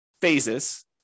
phases